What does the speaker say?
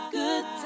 good